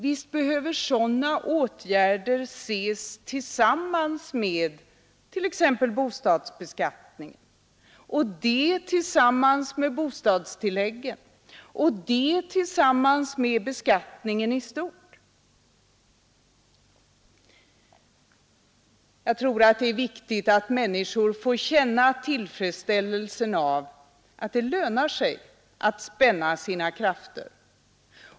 Visst behöver sådana åtgärder ses tillsammans med t.ex. bostadsbeskattningen, och det behöver ses tillsammans med bostadstilläggen, och det tillsammans med beskattningen i stort. Men jag tror det är viktigt att människor får känna tillfredsställelsen av att det lönar sig att spänna sina krafter.